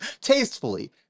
tastefully